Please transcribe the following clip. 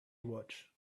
watch